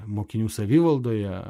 mokinių savivaldoje